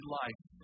life